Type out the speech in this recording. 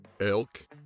Elk